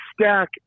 stack